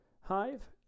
hive